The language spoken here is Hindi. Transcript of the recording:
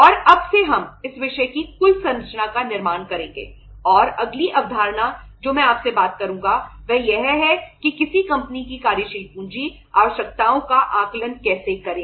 और अब से हम इस विषय की कुल संरचना का निर्माण करेंगे और अगली अवधारणा जो मैं आपसे बात करूंगा वह यह है कि किसी कंपनी की कार्यशील पूंजी आवश्यकताओं का आकलन कैसे करें